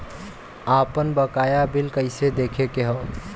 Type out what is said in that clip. आपन बकाया बिल कइसे देखे के हौ?